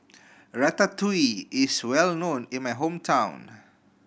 ratatouille is well known in my hometown